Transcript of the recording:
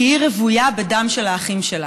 כי היא רוויה בדם של האחים שלה,